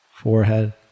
Forehead